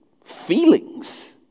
feelings